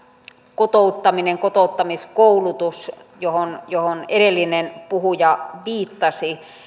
kotouttamisen kotouttamiskoulutuksen johon johon edellinen puhuja viittasi